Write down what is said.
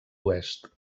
oest